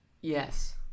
Yes